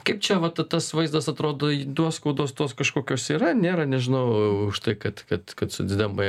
kaip čia vat tas vaizdas atrodo nuoskaudos tos kažkokios yra nėra nežinau už tai kad kad kad socdemai